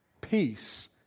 peace